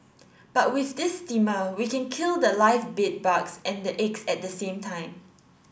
but with this steamer we can kill the live bed bugs and the eggs at the same time